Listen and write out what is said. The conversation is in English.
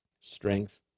strength